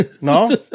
No